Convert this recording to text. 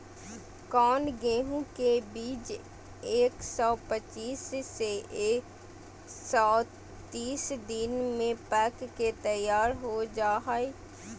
कौन गेंहू के बीज एक सौ पच्चीस से एक सौ तीस दिन में पक के तैयार हो जा हाय?